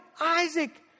Isaac